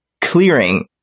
clearing